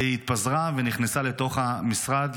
והיא התפזרה ונכנסה למשרד,